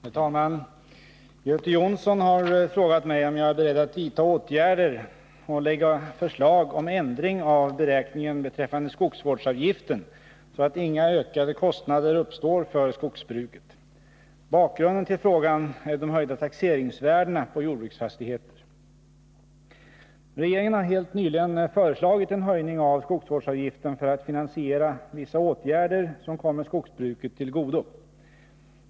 Herr talman! Göte Jonsson har frågat mig om jag är beredd att vidta åtgärder och lägga fram förslag om ändring av beräkningen beträffande skogsvårdsavgiften så att inga ökade kostnader uppstår för skogsbruket. Bakgrunden till frågan är de höjda taxeringsvärdena på jordbruksfastigheter. Regeringen har helt nyligen föreslagit en höjning av skogsvårdsavgiften för finansiering av vissa åtgärder som kommer skogsbruket till godo.